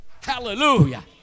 Hallelujah